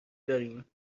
داریم